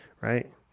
right